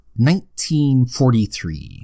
1943